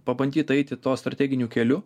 pabandyta eiti tuo strateginiu keliu